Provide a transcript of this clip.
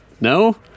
no